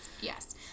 yes